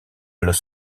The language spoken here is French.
los